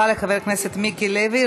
תודה רבה לחבר הכנסת מיקי לוי.